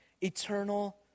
eternal